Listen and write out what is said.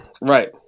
right